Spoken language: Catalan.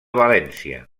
valència